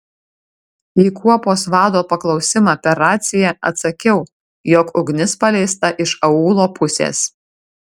į kuopos vado paklausimą per raciją atsakiau jog ugnis paleista iš aūlo pusės